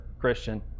Christian